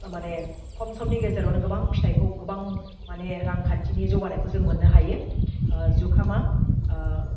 ओह माने खम समनि गेजेरावनो गोबां फिथाइखौ गोबां माने रांखान्थिनि जौगानायखौ जों मोननो हायो ओह जुखामा ओह